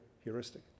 heuristic